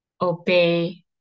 obey